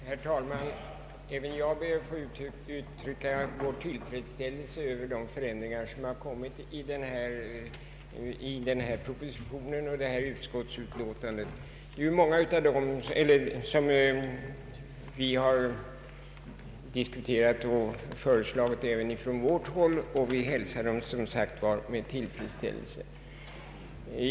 Herr talman! Även jag ber att få uttrycka tillfredsställelse över de förändringar som har föreslagits i propositionen och utskottsutlåtandet. Många av dem har diskuterats och förordats från vårt håll, och vi hälsar dem som sagt med tillfredsställelse.